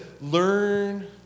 learn